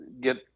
get